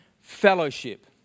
fellowship